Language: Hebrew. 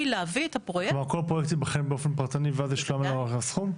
כל פרויקט ייבחן באופן פרטני ואז יושלם לו הסכום?